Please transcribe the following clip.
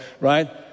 right